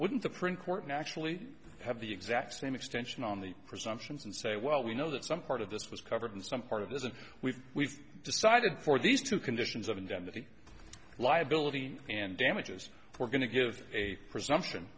wouldn't the print court actually have the exact same extension on the presumptions and say well we know that some part of this was covered in some part of this and we've we've decided for these two conditions of indemnity liability and damages we're going to give a presumption